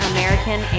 American